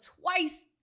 twice